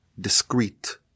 discrete